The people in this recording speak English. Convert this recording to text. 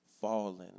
falling